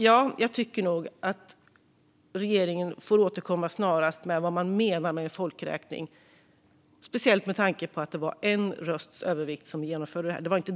Jag tycker att regeringen får återkomma snarast med vad man menar med en folkräkning, särskilt som det genomdrevs med endast en rösts övervikt. Det var inte direkt en stor majoritet.